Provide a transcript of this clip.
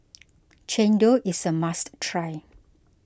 Chendol is a must try